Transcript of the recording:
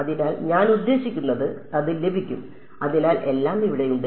അതിനാൽ ഞാൻ ഉദ്ദേശിക്കുന്നത് അത് ലഭിക്കും അതിനാൽ എല്ലാം ഇവിടെയുണ്ട്